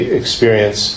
experience